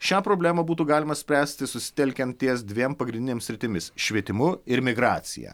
šią problemą būtų galima spręsti susitelkiant ties dviem pagrindinėm sritimis švietimu ir migracija